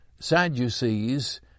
Sadducees